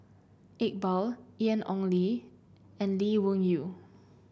Iqbal Ian Ong Li and Lee Wung Yew